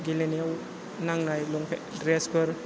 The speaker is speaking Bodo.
गेलेनायाव नांनाय द्रेसफोर